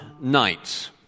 night